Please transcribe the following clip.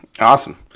Awesome